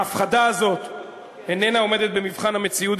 ההפחדה הזאת איננה עומדת במבחן המציאות,